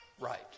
Right